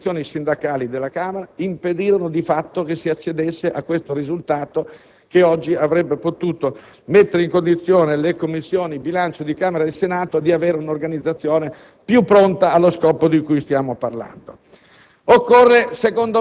soprattutto, e le organizzazioni sindacali della Camera impedirono di fatto che si accedesse a questo risultato che oggi avrebbe potuto mettere in condizione le Commissioni bilancio di Camera e Senato di avere un'organizzazione più pronta allo scopo di cui stiamo parlando.